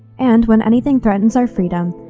and when anything threatens our freedom,